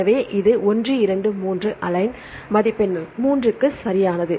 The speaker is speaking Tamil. எனவே இது 1 2 3 அலைன் மதிப்பெண் 3 க்கு சரியானது